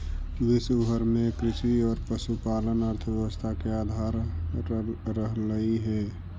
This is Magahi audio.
विश्व भर में कृषि और पशुपालन अर्थव्यवस्था का आधार रहलई हे